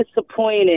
disappointed